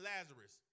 Lazarus